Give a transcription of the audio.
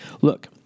look